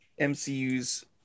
mcu's